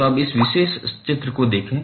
तो अब इस विशेष चित्र को देखें